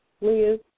Liz